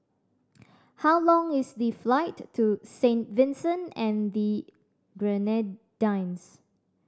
how long is the flight to Saint Vincent and the Grenadines